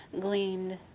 gleaned